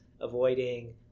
avoiding